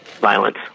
violence